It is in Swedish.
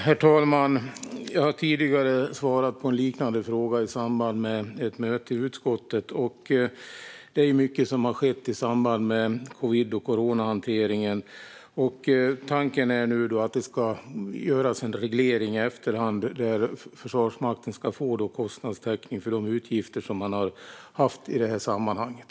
Herr talman! Jag har tidigare svarat på en liknande fråga i samband med ett möte i utskottet. Det är mycket som har skett i samband med covid och coronahanteringen. Tanken är nu att det ska göras en reglering i efterhand där Försvarsmakten ska få kostnadstäckning för de utgifter som man har haft i det här sammanhanget.